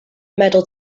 medal